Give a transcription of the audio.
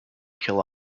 kill